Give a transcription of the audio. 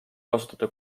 kasutada